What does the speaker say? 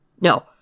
No